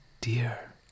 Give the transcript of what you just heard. dear